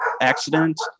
accident